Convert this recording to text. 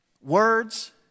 Words